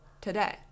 today